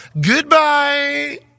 Goodbye